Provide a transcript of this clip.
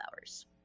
hours